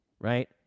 right